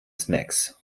snacks